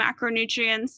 macronutrients